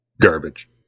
garbage